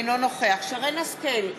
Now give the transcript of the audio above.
אינו נוכח שרן השכל,